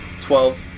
Twelve